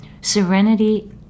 Serenity